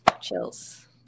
Chills